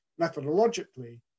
methodologically